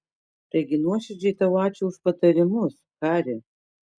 taigi nuoširdžiai tau ačiū už patarimus hari